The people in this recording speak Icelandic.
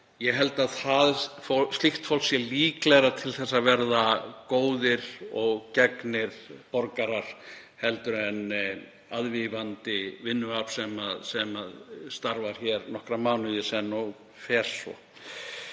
Ég held að slíkt fólk sé líklegra til að verða góðir og gegnir borgarar en aðvífandi vinnuafl sem starfar hér nokkra mánuði í senn og fer svo.